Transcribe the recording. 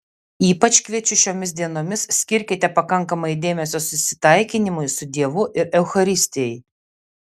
ypač kviečiu šiomis dienomis skirkite pakankamai dėmesio susitaikinimui su dievu ir eucharistijai